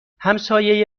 همسایه